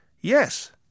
yes